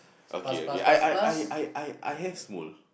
okay okay I I I I I I have